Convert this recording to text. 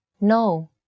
no